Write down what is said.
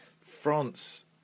France